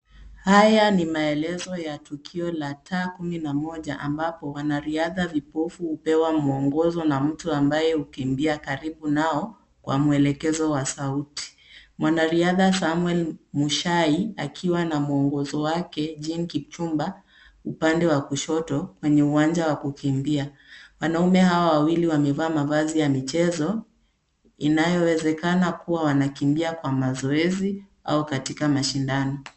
Haya ni maelezo ya tukio la taa kumi na moja ambapo wanariadha vipofu hupewa muongozo na mtu ambaye hukimbia karibu nao kwa mwelekezo wa sauti. Mwanariadha Samuel Mushai akiwa na mwongozo wake Jean Kipchumba upande wa kushoto, kwenye uwanja wa kukimbia. Wanaume hawa wawili wamevaa mavazi ya michezo inayowezekana kuwa wanakimbia kwa mazoezi au katika mashindano.